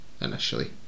initially